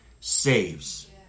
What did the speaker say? saves